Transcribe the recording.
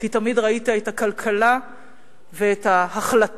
כי תמיד ראית את הכלכלה ואת ההחלטות